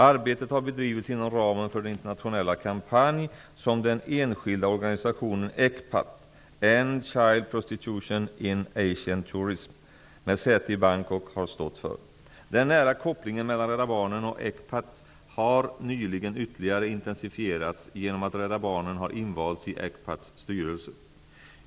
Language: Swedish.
Arbetet har bedrivits inom ramen för den internationella kampanj som den enskilda organisationen ECPAT -- End Child Prostitution in Asian Tourism -- med säte i Bangkok har stått för. Den nära kopplingen mellan Rädda Barnen och ECPAT har nyligen ytterligare intensifierats genom att Rädda Barnen har invalts i ECPAT:s styrelse.